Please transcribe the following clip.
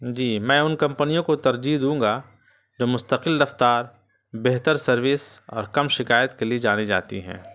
جی میں ان کمپنیوں کو ترجیح دوں گا جو مستقل رفتار بہتر سروس اور کم شکایت کے لیے جانی جاتی ہیں